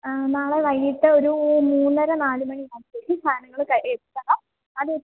നാളെ വൈകിട്ട് ഒരു മൂന്നര നാല് മണിയാകുമ്പോഴത്തേക്ക് സാധനങ്ങൾ എത്തണം